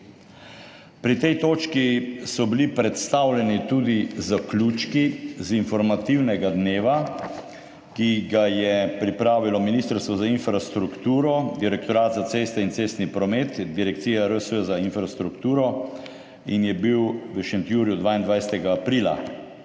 Pri tej točki so bili predstavljeni tudi zaključki z informativnega dneva, ki ga je pripravilo Ministrstvo za infrastrukturo, Direktorat za ceste in cestni promet, Direkcija RS za infrastrukturo in je bil v Šentjurju 22. aprila.